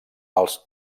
els